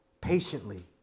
patiently